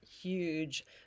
huge